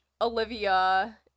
Olivia